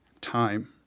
time